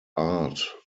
art